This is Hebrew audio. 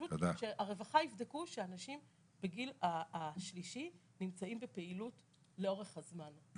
פשוט שהרווחה יבדקו שאנשים בגיל השלישי נמצאים בפעילות לאורך הזמן.